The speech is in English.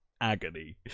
agony